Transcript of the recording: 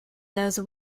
those